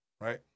Right